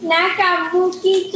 Nakabuki